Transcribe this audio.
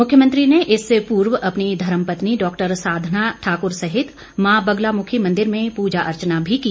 मुख्यमंत्री ने इससे पूर्व अपनी धर्मपत्नी डॉक्टर साधना सहित मां बगलामुखी मंदिर में पूजा अर्चना भी की